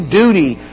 duty